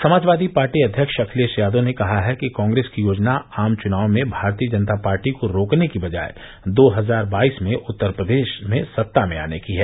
Samajwadi party अध्यक्ष अखिलेश यादव ने कहा है कि कांग्रेस की योजना आम चुनाव में भारतीय जनता पार्टी को रोकने की बजाय दो हजार बाईस में उत्तरप्रदेश में सत्ता में आने की है